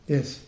Yes